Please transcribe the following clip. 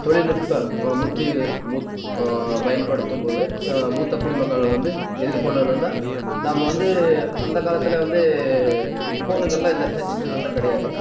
தொழில்நுட்ப முத்தி முத் பயன்படுத்தும்போது மூத்த குடிமக்கள் வந்து எதிர்கொள்ளணும்னா நாம் வந்து அந்தகாலத்தில் வந்து ஃபோனுங்கள்லாம் இந்த டச்சு செல்லாம் கிடையாது